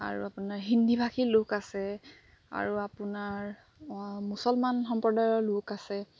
আৰু আপোনাৰ হিন্দীভাষী লোক আছে আৰু আপোনাৰ মুছলমান সম্প্ৰদায়ৰ লোক আছে